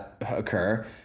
occur